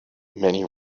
many